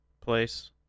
place